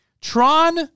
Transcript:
Tron